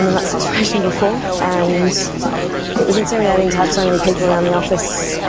that situation before and it was intimidating to have so many people around the office,